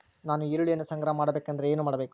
ನಾನು ಈರುಳ್ಳಿಯನ್ನು ಸಂಗ್ರಹ ಮಾಡಬೇಕೆಂದರೆ ಏನು ಮಾಡಬೇಕು?